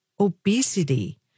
obesity